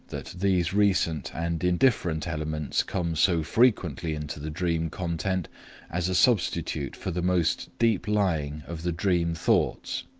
that these recent and indifferent elements come so frequently into the dream content as a substitute for the most deep-lying of the dream thoughts,